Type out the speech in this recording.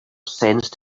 sensed